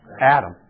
Adam